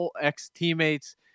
ex-teammates